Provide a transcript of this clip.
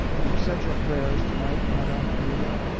have you said your prayers tonight, madam amelia?